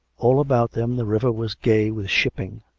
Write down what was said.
all about them the river was gay with shipping.